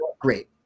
great